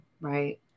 right